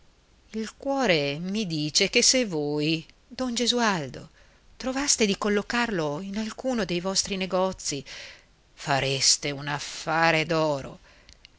il cuore mi dice che se voi don gesualdo trovaste di collocarlo in alcuno dei vostri negozi fareste un affare